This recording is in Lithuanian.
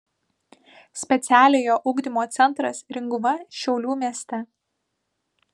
specialiojo ugdymo centras ringuva šiaulių mieste